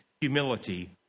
humility